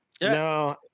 No